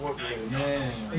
man